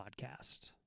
podcast